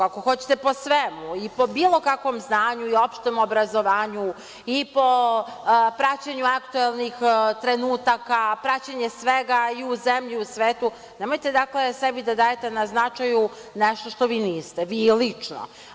Ako hoćete po svemu i po bilo kakvom znanju i opštem obrazovanju i po praćenju aktuelnih trenutaka, praćenje svega i u zemlji i u svetu, nemojte sebi da dajete na značaju nešto što vi niste, vi lično.